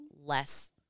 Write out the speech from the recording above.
less